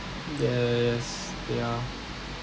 yes ya